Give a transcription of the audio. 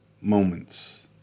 moments